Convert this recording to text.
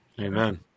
Amen